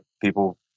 people